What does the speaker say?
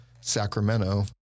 Sacramento